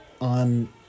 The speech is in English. On